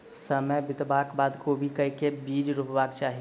समय बितबाक बाद कोबी केँ के बीज रोपबाक चाहि?